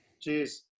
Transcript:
cheers